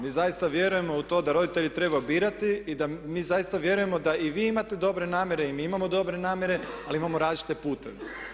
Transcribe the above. Mi zaista vjerujemo u to da roditelji trebaju birati i mi zaista vjerujemo da i vi imate dobre namjere i mi imamo dobre namjere ali imamo različite puteve.